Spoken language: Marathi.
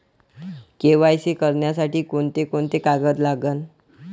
के.वाय.सी करासाठी कोंते कोंते कागद लागन?